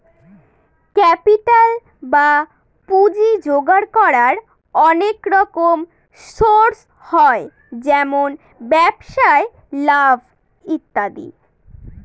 capital বা পুঁজি জোগাড় করার অনেক রকম সোর্স হয় যেমন ব্যবসায় লাভ ইত্যাদি